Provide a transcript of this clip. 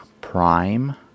Prime